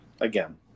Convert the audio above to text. Again